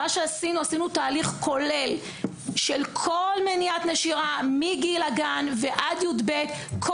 עשינו תהליך כולל של מניעת נשירה מגיל הגן ועד כיתה י״ב,